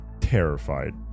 terrified